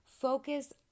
Focus